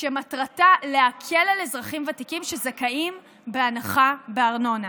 שמטרתה להקל על אזרחים ותיקים שזכאים בהנחה בארנונה.